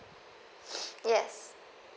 yes